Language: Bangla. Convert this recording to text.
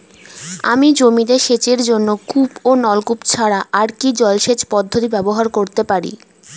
আমি জমিতে সেচের জন্য কূপ ও নলকূপ ছাড়া আর কি জলসেচ পদ্ধতি ব্যবহার করতে পারি?